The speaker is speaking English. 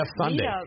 Sunday